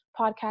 podcast